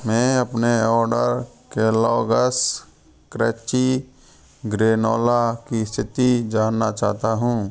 मैं अपने order Kellogg's crunchy crunchy granola की स्थिति जानना चाहता हूँ